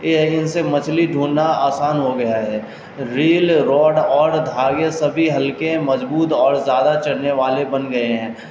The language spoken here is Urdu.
یہ ان سے مچھلی ڈھونڈنا آسان ہو گیا ہے ریل روڈ اور دھاگے سبھی ہلکے مضبوط اور زیادہ چلنے والے بن گئے ہیں